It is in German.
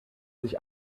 sich